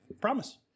Promise